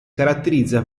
caratterizza